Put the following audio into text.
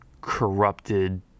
corrupted